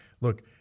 look